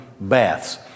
baths